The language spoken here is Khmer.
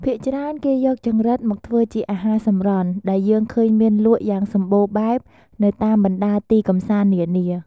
ភាគច្រើន គេយកចង្រិតមកធ្វើជាអាហារសម្រន់ ដែលយើងឃើញមានលក់យ៉ាងសម្បូរបែបនៅតាមបណ្តាទីកំសាន្តនានា។